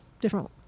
different